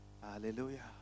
Hallelujah